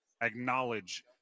acknowledge